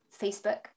Facebook